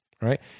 right